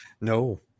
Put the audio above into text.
No